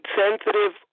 sensitive